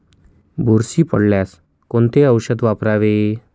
बुरशी पडल्यास कोणते औषध वापरावे?